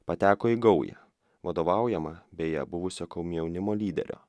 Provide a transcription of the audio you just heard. pateko į gaują vadovaujamą beje buvusio komjaunimo lyderio